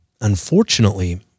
Unfortunately